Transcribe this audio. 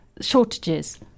shortages